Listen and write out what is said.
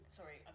sorry